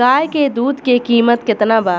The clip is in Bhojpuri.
गाय के दूध के कीमत केतना बा?